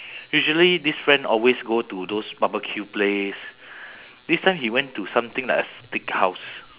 usually this friend always go to those barbecue place this time he went to something like a steakhouse